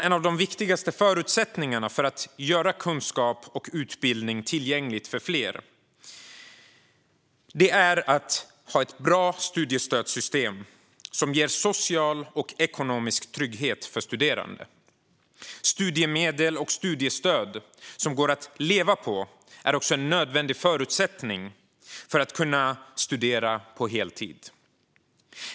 En av de viktigaste förutsättningarna för att göra kunskap och utbildning tillgängligt för fler är att ha ett bra studiestödssystem som ger social och ekonomisk trygghet för studerande. Studiemedel och studiestöd som går att leva på är också en nödvändig förutsättning för att kunna studera på heltid.